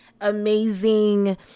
amazing